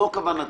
זו כוונתי.